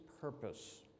purpose